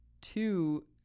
two